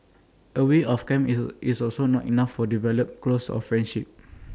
A week of camp is is also not enough for develop close all friendships